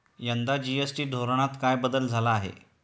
यंदा जी.एस.टी धोरणात काय बदल झाला आहे?